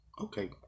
Okay